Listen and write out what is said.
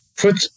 Put